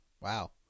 Wow